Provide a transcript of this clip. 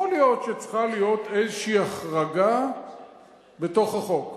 יכול להיות שצריכה להיות איזו החרגה בתוך החוק,